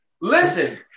Listen